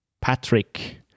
Patrick